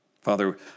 Father